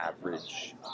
average